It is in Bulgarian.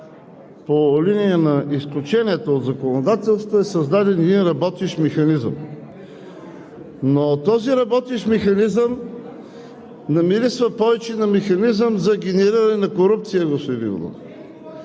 по линия на изключението от законодателството е създаден един работещ механизъм. Този работещ механизъм намирисва повече на механизъм за генериране на корупция, господин